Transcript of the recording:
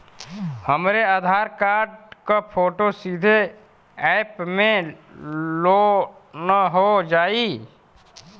हमरे आधार कार्ड क फोटो सीधे यैप में लोनहो जाई?